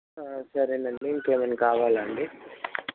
సరేనండి ఇంకేమైనా కావాలా అండి